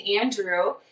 andrew